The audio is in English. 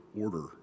order